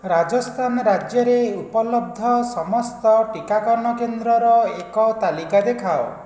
ରାଜସ୍ଥାନ ରାଜ୍ୟରେ ଉପଲବ୍ଧ ସମସ୍ତ ଟିକାକରଣ କେନ୍ଦ୍ରର ଏକ ତାଲିକା ଦେଖାଅ